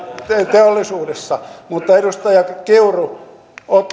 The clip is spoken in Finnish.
teollisuudessa mutta edustaja kiuru